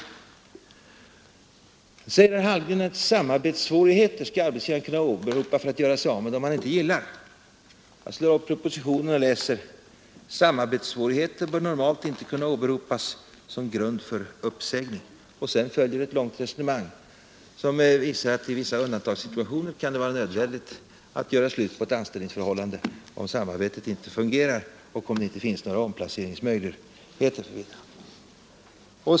Sedan sade herr Hallgren att arbetsgivaren skall kunna åberopa samarbetssvårigheter för att göra sig av med dem som han inte gillar. Då läser jag åter i propositionen: ”Samarbetssvårigheter bör normalt inte kunna åberopas som grund för uppsägning.” Sedan följer ett långt resonemang som går ut på att det i vissa undantagssituationer kan vara nödvändigt att göra slut på ett anställningsförhållande, om samarbetet inte fungerar och det inte finns några om placeringsmöjligheter.